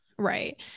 Right